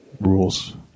rules